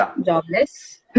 jobless